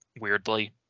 weirdly